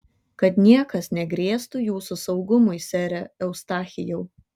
kad niekas negrėstų jūsų saugumui sere eustachijau